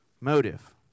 Motive